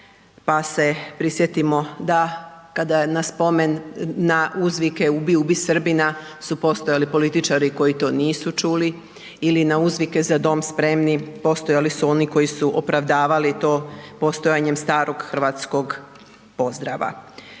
pa se prisjetimo da, kada na spomen, na uzvike „Ubi, ubi Srbina“ su postojali političari koji to nisu čuli ili na uzvike „Za dom spremni“ postojali su oni koji su opravdavali to postojanjem starog hrvatskog pozdrava.